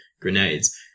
grenades